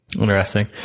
Interesting